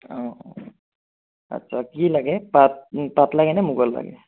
অঁ অঁ আচ্ছা কি লাগে পাট পাট লাগে নে মুগাৰ লাগে